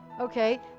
okay